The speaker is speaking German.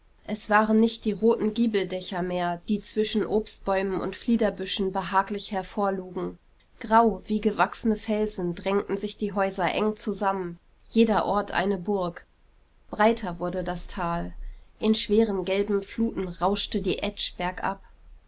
es waren nicht die roten giebeldächer mehr die zwischen obstbäumen und fliederbüschen behaglich hervorlugen grau wie gewachsene felsen drängten sich die häuser eng zusammen jeder ort eine burg breiter wurde das tal in schweren gelben fluten rauschte die etsch bergab